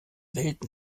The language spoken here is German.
welt